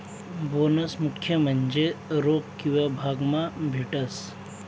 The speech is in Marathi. बोनस मुख्य म्हन्जे रोक किंवा भाग मा भेटस